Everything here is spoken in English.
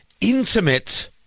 intimate